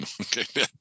Okay